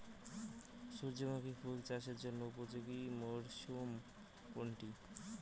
সূর্যমুখী ফুল চাষের জন্য উপযোগী মরসুম কোনটি?